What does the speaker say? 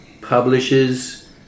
publishes